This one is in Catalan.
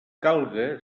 calga